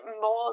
more